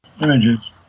images